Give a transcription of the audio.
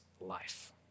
life